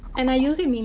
and, i use it i mean